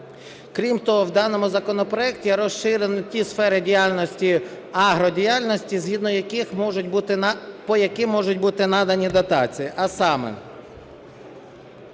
Крім того, в даному законопроекті розширено ті сфери агродіяльності, по яким можуть бути наданні дотації.